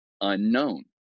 unknown